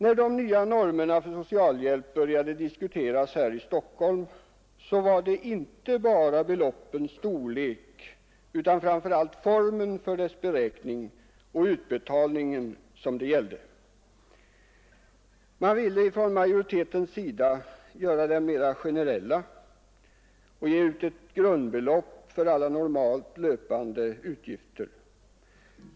När de nya normerna för socialhjälp började diskuteras i Stockholms kommun gällde det inte bara beloppens storlek, utan det var framför allt formen för hjälpens beräkning och utbetalning som diskuterades. Från majoritetens sida ville man göra normerna mera generella och ge ut ett grundbelopp för alla normalt löpande utgifter.